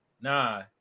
Nah